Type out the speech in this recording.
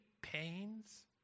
pains